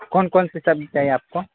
کون کون سی سبزی چاہیے آپ کو